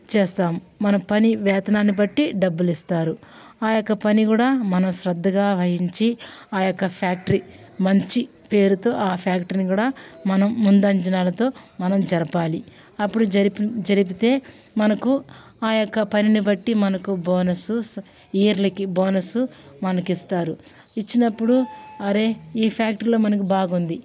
చేస్తాం మన పని వేతనాన్ని బట్టి డబ్బులు ఇస్తారు ఆ యొక్క పని కూడా మనం శ్రద్ధ వహించి ఆ యొక్క ఫ్యాక్టరీ మంచి పేరుతో ఆ ఫ్యాక్టరీని కూడా మనం ముందు అంచనాలతో మనం జరపాలి అప్పుడు జరిపి జరిపితే మనకు ఆ యొక్క పనిని బట్టి మనకు బోనస్ ఇయర్లీకి బోనస్ మనకు ఇస్తారు ఇచ్చినప్పుడు అరే ఈ ఫ్యాక్టరీలో మనకు బాగుంది